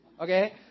okay